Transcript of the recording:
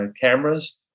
cameras